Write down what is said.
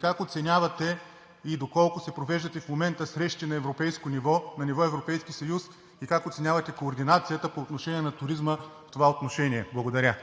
как оценявате и доколко провеждате в момента срещи на ниво Европейски съюз и как оценявате координацията по отношение на туризма в това отношение? Благодаря.